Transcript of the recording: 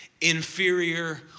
inferior